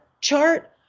chart